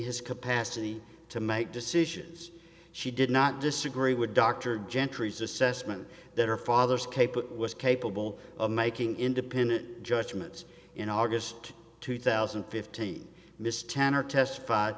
his capacity to make decisions she did not disagree with dr gentry's assessment that her father's cape was capable of making independent judgments in august two thousand and fifteen miss turner testif